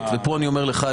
ופה אני אומר לך,